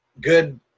good –